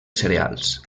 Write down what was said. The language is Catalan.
cereals